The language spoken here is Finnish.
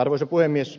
arvoisa puhemies